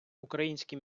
українські